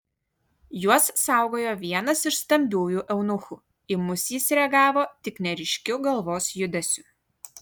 juos saugojo vienas iš stambiųjų eunuchų į mus jis reagavo tik neryškiu galvos judesiu